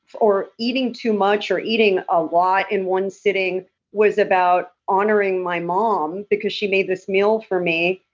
or eating too much or eating a lot in one sitting was about honoring my mom because she made this meal for me.